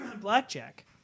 blackjack